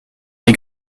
des